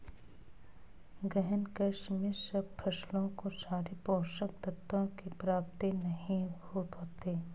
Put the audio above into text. गहन कृषि में सब फसलों को सारे पोषक तत्वों की प्राप्ति नहीं हो पाती